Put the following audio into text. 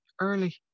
early